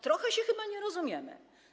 Trochę się chyba nie rozumiemy?